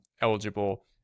eligible